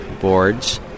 boards